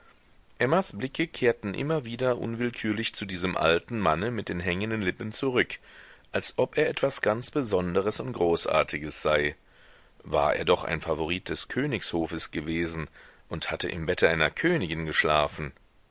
emmas blicke kehrten immer wieder unwillkürlich zu diesem alten manne mit den hängenden lippen zurück als ob er etwas ganz besonderes und großartiges sei war er doch ein favorit des königshofes gewesen und hatte im bette einer königin geschlafen